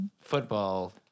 football